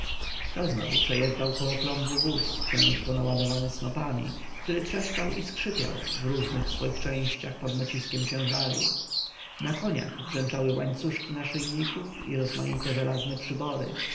to znów przejeżdżał koło klombu wóz ciężko naładowany snopami który trzeszczał i skrzypiał w różnych swych częściach pod naciskiem ciężaru na koniach brzęczały łańcuszki naszyjników i rozmaite żelazne przybory